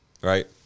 right